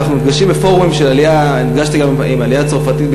בפורום של עלייה נפגשתי גם עם העלייה הצרפתית,